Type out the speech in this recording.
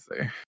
say